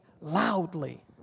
loudly